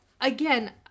again